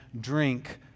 drink